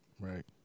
right